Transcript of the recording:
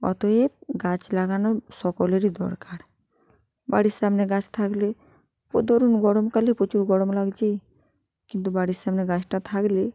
অতএব গাছ লাগানো সকলেরই দরকার বাড়ির সামনে গাছ থাকলে ধরুন গরমকালে প্রচুর গরম লাগছে কিন্তু বাড়ির সামনে গাছটা থাকলে